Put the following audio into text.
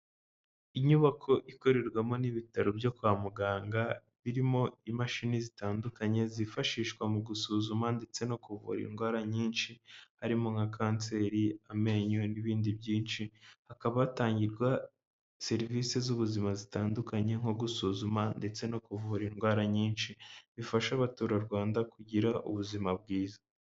Inyubako ikorerwamo n'ibitaro byo kwa muganga, birimo imashini zitandukanye, zifashishwa mu gusuzuma ndetse no kuvura indwara nyinshi, harimo nka kanseri, amenyo, n'ibindi byinshi, hakaba hatangirwa serivisi z'ubuzima zitandukanye nko gusuzuma, ndetse no kuvura indwara nyinshi, bifasha abaturarwanda kugira ubuzima bwiza.